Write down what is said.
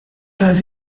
has